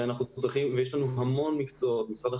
דיון שני בסדרה.